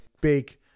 big